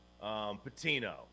Patino